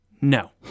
no